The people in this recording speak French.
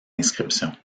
inscription